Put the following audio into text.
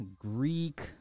Greek